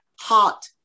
heart